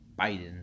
Biden